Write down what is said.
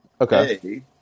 Okay